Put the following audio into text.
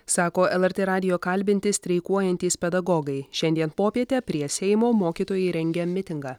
sako lrt radijo kalbinti streikuojantys pedagogai šiandien popietę prie seimo mokytojai rengia mitingą